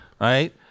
right